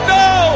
no